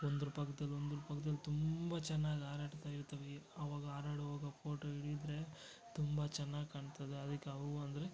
ಒಂದರ ಪಕ್ದಲ್ಲಿ ಒಂದರ ಪಕ್ದಲ್ಲಿ ತುಂಬ ಚೆನ್ನಾಗ್ ಹಾರಾಡ್ತ ಇರ್ತವೆ ಅವಾಗ ಹಾರಾಡೋವಾಗ ಫೋಟೊ ಹಿಡಿದ್ರೆ ತುಂಬ ಚೆನ್ನಾಗ್ ಕಾಣ್ತದೆ ಅದಕ್ಕೆ ಅವು ಅಂದರೆ